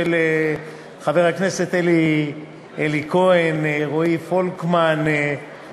חבר הכנסת אבו עראר, אפשר לבקש ממך רק לשבת.